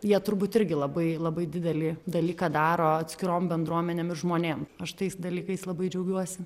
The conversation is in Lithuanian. jie turbūt irgi labai labai didelį dalyką daro atskirom bendruomenėm ir žmonėm aš tais dalykais labai džiaugiuosi